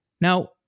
Now